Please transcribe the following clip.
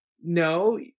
No